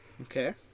Okay